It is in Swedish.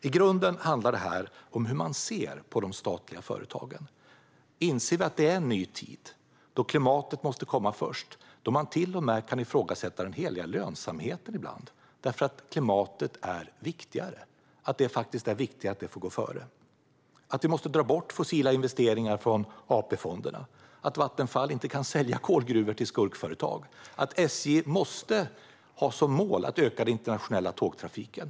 I grunden handlar detta om synen på de statliga företagen och om vi inser att det är en ny tid då klimatet måste komma först och att till och med den heliga lönsamheten kan ifrågasättas ibland därför att det faktiskt är viktigare att klimatet får gå före, att vi måste dra bort fossila investeringar från AP-fonderna, att Vattenfall inte kan sälja kolgruvor till skurkföretag och att SJ måste ha som mål att öka den internationella tågtrafiken.